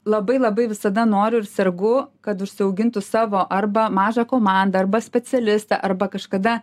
labai labai visada noriu ir sergu kad užsiaugintų savo arba mažą komandą arba specialistą arba kažkada